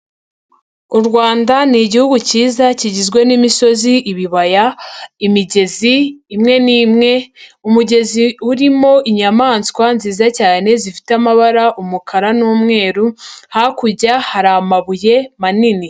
U Rwanda ni Igihugu cyiza kigizwe n'imisozi, ibibaya, imigezi imwe n'imwe, umugezi urimo inyamaswa nziza cyane zifite amabara, umukara n'umweru, hakurya hari amabuye manini.